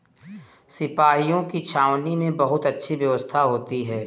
सिपाहियों की छावनी में बहुत अच्छी व्यवस्था होती है